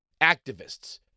activists